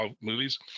movies